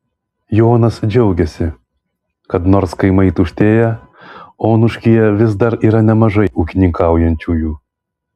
jonas džiaugiasi kad nors kaimai tuštėja onuškyje vis dar yra nemažai ūkininkaujančiųjų